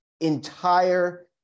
entire